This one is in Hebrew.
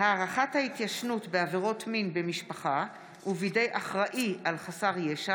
הארכת ההתיישנות בעבירות מין במשפחה ובידי אחראי על חסר ישע),